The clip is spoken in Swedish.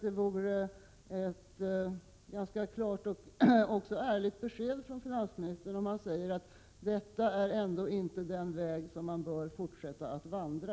Det vore ett klart och ärligt besked från finansministern om han sade att detta inte är den väg som man bör fortsätta att vandra.